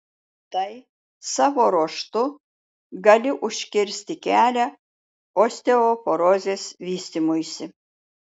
tai savo ruožtu gali užkirsti kelią osteoporozės vystymuisi